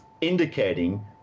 indicating